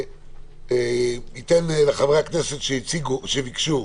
אני אתן לחברי הכנסת שביקשו